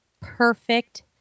perfect